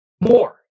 more